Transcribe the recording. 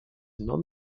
non